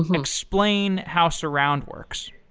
explain how svrround works.